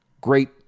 great